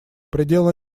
предела